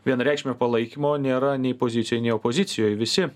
vienareikšmio palaikymo nėra nei pozicijoj nei opozicijoj visi